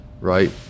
right